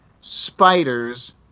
spiders